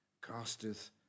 casteth